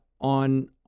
on